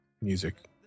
music